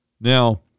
Now